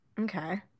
Okay